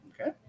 Okay